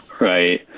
right